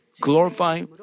glorify